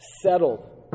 settled